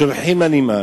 שולחים לנמען,